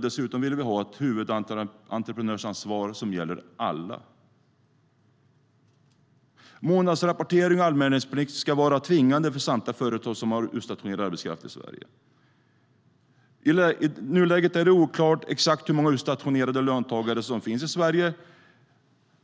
Dessutom vill vi ha ett huvudentreprenörsansvar som gäller alla. Månadsrapportering och anmälningsplikt ska vara tvingande för samtliga företag som har utstationerad arbetskraft i Sverige.I nuläget är det oklart exakt hur många utstationerade löntagare som finns i Sverige,